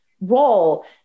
role